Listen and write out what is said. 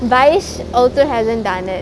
vaish also hasn't done it